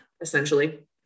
essentially